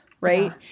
right